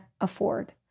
afford